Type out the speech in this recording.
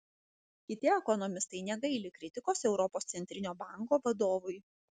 kiti ekonomistai negaili kritikos europos centrinio banko vadovui